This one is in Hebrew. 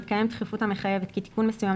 בהתקיים דחיפות המחייבת כי תיקון מסוים